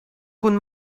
kun